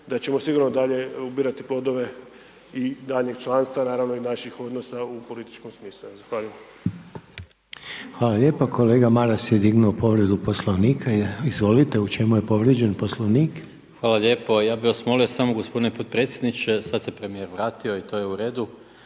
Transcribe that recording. da ćemo sigurno dalje ubirati plodove i daljnjeg članstva, naravno i naših odnosa u političkom smislu, evo zahvaljujem. **Reiner, Željko (HDZ)** Hvala lijepo. Kolega Maras je dignuo povredu Poslovnika, izvolite, u čemu je povrijeđen Poslovnik? **Maras, Gordan (SDP)** Hvala lijepo. Ja bi vas molio samo g. potpredsjedniče, sad se premijer vratio i to je u redu,